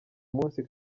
munsi